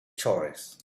chores